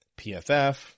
PFF